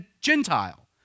Gentile